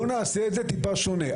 בואו נעשה את זה טיפה שונה.